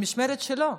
במשמרת שלו,